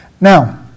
Now